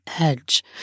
edge